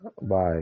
Bye